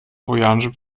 trojanische